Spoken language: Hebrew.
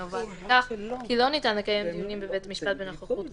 כי לא ניתן לקיים דיונים בבית משפט בנוכחות כלואים,